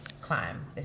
climb